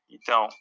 Então